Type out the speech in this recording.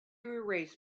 erase